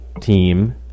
team